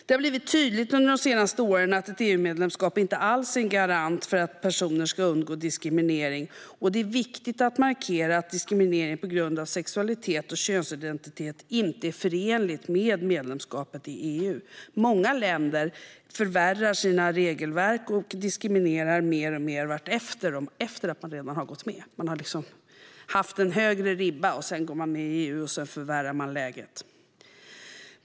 Det har blivit tydligt under de senaste åren att ett EU-medlemskap inte alls är en garant för att personer ska undgå diskriminering. Det är viktigt att markera att diskriminering på grund av sexualitet och könsidentitet inte är förenligt med ett medlemskap i EU. Många länder försämrar sina regelverk och diskriminerar alltmer efter att man har gått med. Man har haft en högre ribba, sedan går man med i EU och förvärrar då läget.